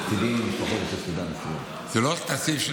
תקציבים למשפחות, זה לא תקציב שלנו.